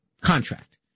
contract